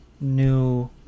new